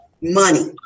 money